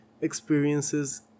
experiences